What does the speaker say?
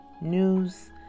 news